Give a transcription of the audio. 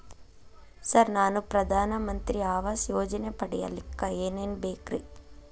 Sir ನಾನು ಪ್ರಧಾನ ಮಂತ್ರಿ ಆವಾಸ್ ಯೋಜನೆ ಪಡಿಯಲ್ಲಿಕ್ಕ್ ಏನ್ ಏನ್ ಬೇಕ್ರಿ?